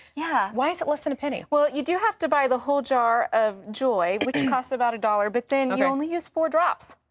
yeah. why is it less than a penny well, you do have to buy the whole jar of joy, which costs about a dollar, but then you only use four drops.